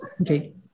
Okay